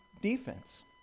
defense